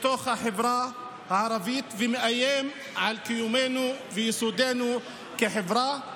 בחברה הערבית ומאיים על קיומנו ויסודנו כחברה.